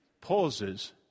pauses